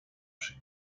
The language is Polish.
przy